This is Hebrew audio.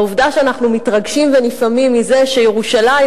העובדה שאנחנו מתרגשים ונפעמים מזה שירושלים,